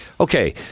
Okay